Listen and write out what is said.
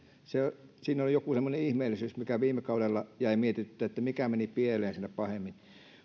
siinä on joku semmoinen ihmeellisyys mikä viime kaudella jäi mietityttämään että mikä meni pieleen siinä pahemmin